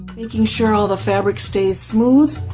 making sure all the fabric stays smooth.